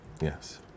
Yes